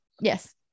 Yes